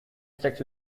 insects